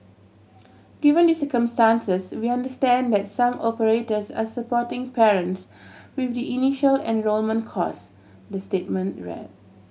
given the circumstances we understand that some operators are supporting parents with the initial enrolment cost the statement read